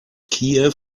kiew